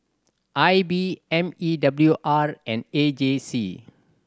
I B M E W R and A J C